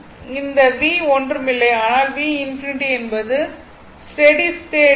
இந்த v ஒன்றுமில்லை ஆனால் v∞ என்பது ஸ்டெடி ஸ்டேட் ஆகும்